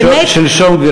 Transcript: שלשום,